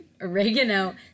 Oregano